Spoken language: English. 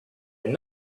that